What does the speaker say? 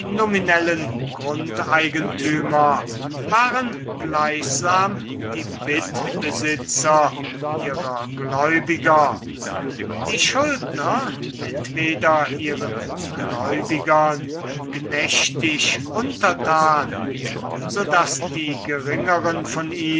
nominellen grundeigentümer waren gleichsam die bittbesitzer ihrer gläubiger die schuldner entweder ihren gläubigern knechtisch untertan so daß die geringeren von